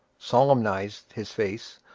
solemnized his face,